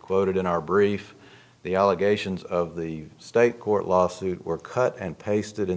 quoted in our brief the allegations of the state court lawsuit were cut and pasted in the